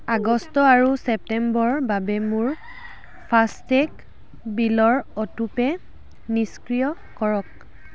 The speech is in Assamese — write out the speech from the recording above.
আগষ্ট আৰু ছেপ্টেম্বৰ বাবে মোৰ ফাষ্টেগ বিলৰ অটো পে' নিষ্ক্ৰিয় কৰক